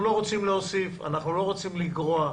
אנחנו לא רוצים להוסיף, אנחנו לא רוצים לגרוע.